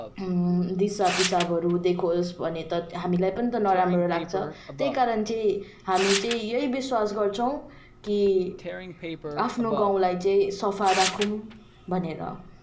दिसा पिसाबहरू देख्यो भने त हामीलाई पनि त नराम्रो लाग्छ त्यही कारण चाहिँ हामी चाहिँ यही विश्वास गर्छौँ कि आफ्नो गाउँलाई चाहिँ सफा राखौँ भनेर